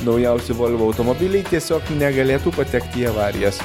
naujausi volvo automobiliai tiesiog negalėtų patekt į avarijas